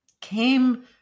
came